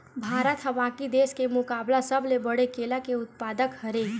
भारत हा बाकि देस के मुकाबला सबले बड़े केला के उत्पादक हरे